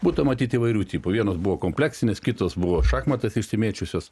būta matyt įvairių tipų vienos buvo kompleksinės kitos buvo šachmatais išsimėčiusios